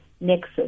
nexus